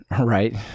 right